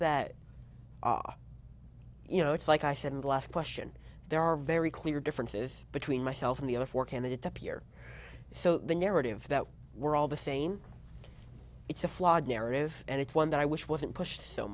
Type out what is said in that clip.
that you know it's like i said last question there are very clear differences between myself and the other four candidates up here so the narrative that we're all the same it's a flawed narrative and it's one that i wish wasn't pushed so